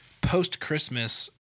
post-Christmas